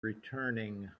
returning